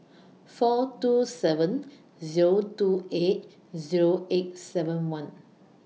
four two seven Zero two eight Zero eight seven one